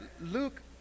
Luke